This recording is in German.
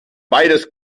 beides